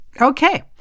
Okay